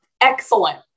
excellent